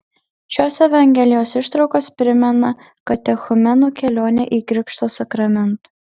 šios evangelijos ištraukos primena katechumeno kelionę į krikšto sakramentą